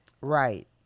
Right